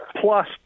plus